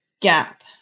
gap